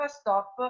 stop